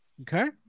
Okay